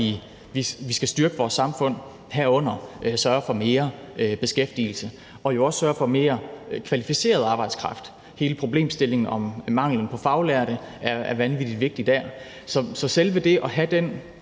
vi skal styrke vores samfund, herunder sørge for mere beskæftigelse og jo også sørge for mere kvalificeret arbejdskraft. Hele problemstillingen om manglen på faglærte er vanvittig vigtig dér. Så selve det at have den